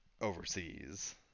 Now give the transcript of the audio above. overseas